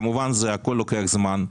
כמובן הכול לוקח זמן,